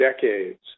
decades